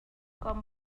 com